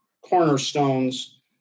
cornerstones